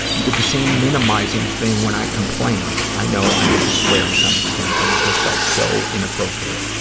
and did the same minimizing thing when i complained. i know, i was a square to some extent, but it just felt so inappropriate.